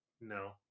no